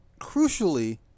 crucially